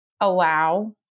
allow